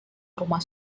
rumah